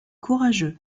courageux